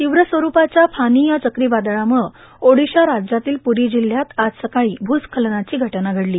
तीव्र स्वरूपाच्या फानी या चक्रीवादळामुळं ओडिशा राज्यातील प्ररी जिल्ह्यात आज सकाळी भूस्खलनाची घटना घडली